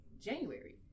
January